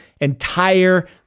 entire